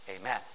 Amen